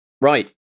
Right